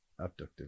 abductive